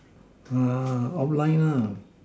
outline